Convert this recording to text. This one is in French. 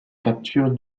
capture